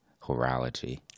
horology